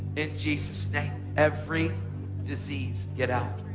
in jesus' name, every disease, get out.